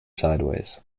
sideways